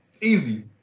Easy